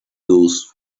those